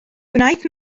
gwnaeth